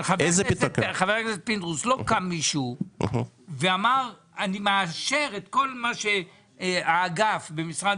לא קם מישהו ואמר שהוא מאשר את כל מה שהאגף במשרד